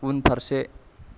उनफारसे